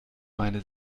meine